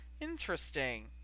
Interesting